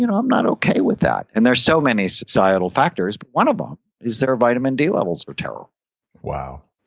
you know i'm not okay with that, and there's so many societal factors, but one of them um is their vitamin d levels are terrible wow.